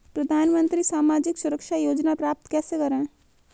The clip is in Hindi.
प्रधानमंत्री सामाजिक सुरक्षा योजना प्राप्त कैसे करें?